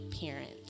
parents